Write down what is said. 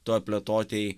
toj plėtotėj